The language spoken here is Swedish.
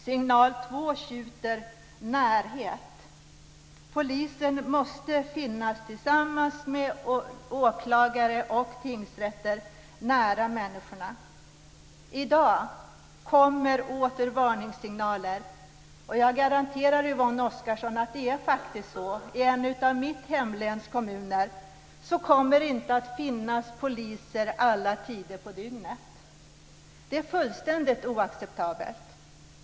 Signal två tjuter: Närhet. Polisen måste finnas tillsammans med åklagare och tingsrätter nära människorna. I dag kommer åter varningssignaler. Jag garanterar Yvonne Oscarsson att det faktiskt är så. I en av mitt hemläns kommuner kommer det inte att finnas poliser under alla tider på dygnet. Det är fullständigt oacceptabelt!